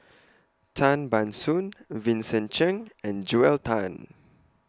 Tan Ban Soon Vincent Cheng and Joel Tan